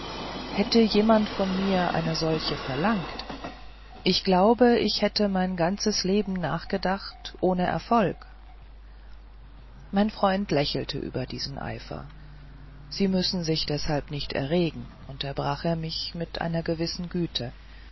hätte jemand von mir eine solche verlangt ich glaube ich hätte mein ganzes leben nachgedacht ohne erfolg mein freund lächelte über diesen eifer sie müssen sich deshalb nicht erregen unterbrach er mich mit einer gewissen güte